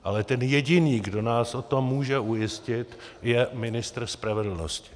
Ale ten jediný, kdo nás o tom může ujistit, je ministr spravedlnosti.